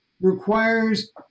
requires